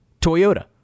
Toyota